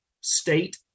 state